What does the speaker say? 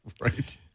Right